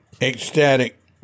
ecstatic